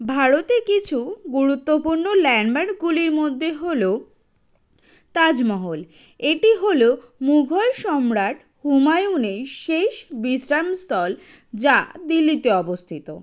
ভারতে কিছু গুরুত্বপূর্ণ ল্যান্ডমার্কগুলির মধ্যে হলো তাজমহল এটি হলো মুঘল সম্রাট হুমায়ুনের শেষ বিশ্রামস্থল যা দিল্লিতে অবস্থিত